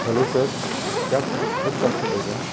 hello sir क्या आप फ्लिपकार्ट से बोल रहे हैं